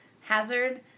hazard